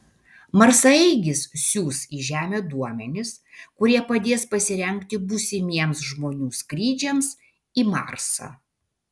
marsaeigis siųs į žemę duomenis kurie padės pasirengti būsimiems žmonių skrydžiams į marsą